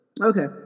Okay